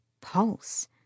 pulse